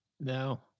No